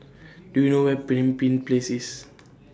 Do YOU know Where Pemimpin Places